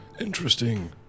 interesting